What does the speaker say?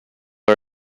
are